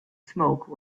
smoke